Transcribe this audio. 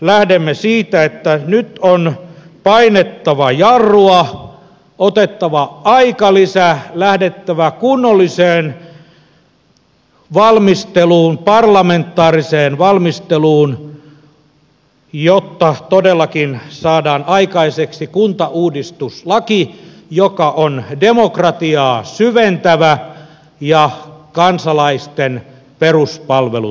lähdemme siitä että nyt on painettava jarrua otettava aikalisä lähdettävä kunnolliseen valmisteluun parlamentaariseen valmisteluun jotta todellakin saadaan aikaiseksi kuntauudistuslaki joka on demokratiaa syventävä ja kansalaisten peruspalvelut turvaava